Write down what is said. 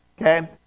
Okay